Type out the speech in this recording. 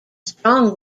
strong